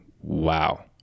wow